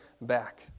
back